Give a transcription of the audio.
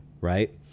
right